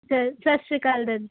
ਸਤਿ ਸ੍ਰੀ ਅਕਾਲ ਦਾਦੀ